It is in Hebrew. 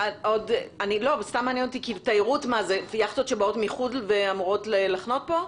אלה יכטות שבאות מחוץ לארץ ואמורות לחנות כאן?